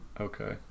okay